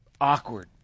awkward